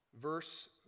Verse